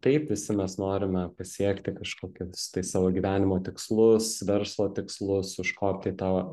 taip visi mes norime pasiekti kažkokios tai savo gyvenimo tikslus verslo tikslus užkopti į tą